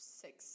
six